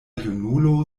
junulo